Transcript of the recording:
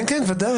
כן, כן, ודאי.